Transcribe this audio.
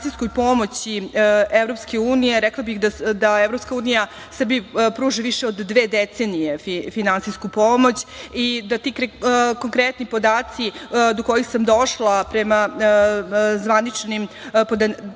o toj finansijskoj pomoći EU, rekla bih da EU Srbiji pruža više od dve decenije finansijsku pomoć i da ti konkretni podaci, do kojih sam došla prema zvaničnim podacima